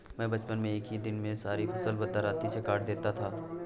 मैं बचपन में एक ही दिन में सारी फसल दरांती से काट देता था